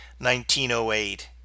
1908